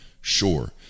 sure